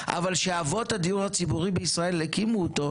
אבל כשאבות הדיור הציבורי בישראל הקימו אותו,